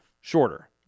shorter